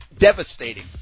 devastating